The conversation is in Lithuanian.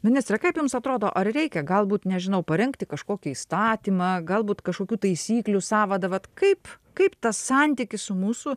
ministre kaip jums atrodo ar reikia galbūt nežinau parengti kažkokį įstatymą galbūt kažkokių taisyklių sąvadą vat kaip kaip tas santykis su mūsų